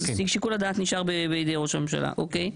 אז שיקול הדעת נשאר בידי ראש הממשלה, אוקיי.